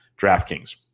DraftKings